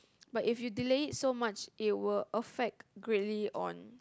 but if you delay it so much it will affect greatly on